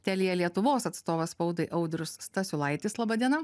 telia lietuvos atstovas spaudai audrius stasiulaitis laba diena